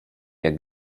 jak